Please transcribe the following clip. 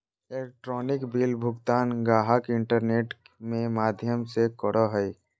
electronic bill भुगतान गाहक internet में माध्यम से करो हइ